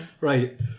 Right